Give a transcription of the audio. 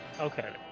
Okay